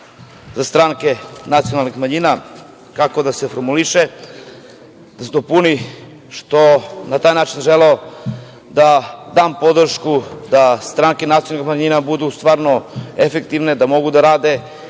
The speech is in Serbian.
za stranke nacionalnih manjina kako da se formuliše, da se dopuni, što na taj način sam želeo da dam podršku da stranke nacionalnih manjina budu stvarno efektivne, da mogu da rade,